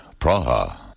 Praha